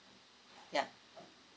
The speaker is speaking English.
ya